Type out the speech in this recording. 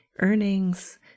earnings